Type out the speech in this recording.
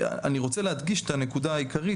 אני רוצה להדגיש את הנקודה העיקרית